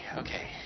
okay